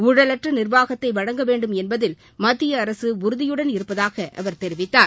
உழலற்ற நிர்வாகத்தை வழங்க வேண்டும் என்பதில் மத்திய அரசு உறுதியுடன் இருப்பதாக அவர் தெரிவித்தார்